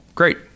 Great